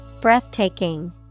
Breathtaking